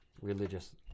religious